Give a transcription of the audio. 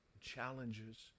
challenges